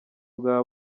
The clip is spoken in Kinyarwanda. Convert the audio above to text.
bwa